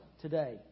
today